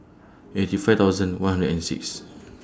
eighty five thousand one hundred and six